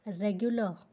regular